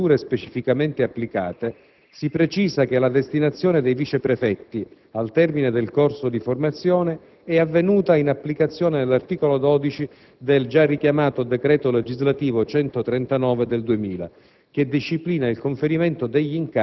Quanto alle norme ed alle procedure specificamente applicate, si precisa che la destinazione dei viceprefetti, al termine del corso di formazione, è avvenuta in applicazione dell'articolo 12 del già richiamato decreto legislativo n. 139 del 2000,